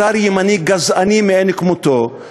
אתר ימני גזעני מאין כמותו,